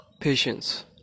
patience